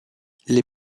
les